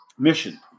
Mission